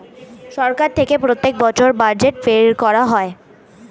সরকার থেকে প্রত্যেক বছর বাজেট বের করা হয়